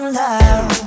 love